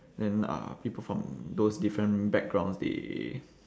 then uh people from those different backgrounds they